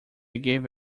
gave